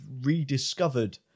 rediscovered